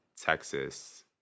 Texas